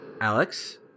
Alex